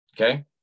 okay